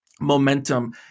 momentum